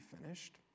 finished